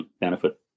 benefit